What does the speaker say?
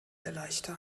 erleichtern